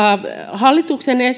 hallituksen